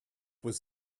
was